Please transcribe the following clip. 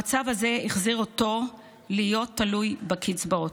המצב הזה החזיר אותו להיות תלוי בקצבאות.